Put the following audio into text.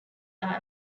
are